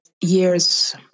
years